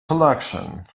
selection